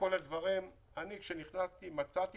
כשנכנסתי מצאתי